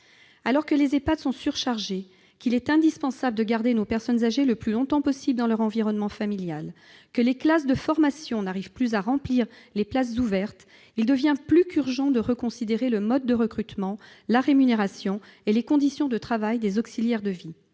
Alors que les Ehpad sont surchargés, qu'il est indispensable de garder nos personnes âgées le plus longtemps possible dans leur environnement familial, que les classes de formation ouvertes n'arrivent plus à être remplies, il devient plus qu'urgent de reconsidérer le mode de recrutement, la rémunération et les conditions de travail des auxiliaires de vie.